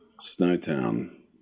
Snowtown